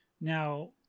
Now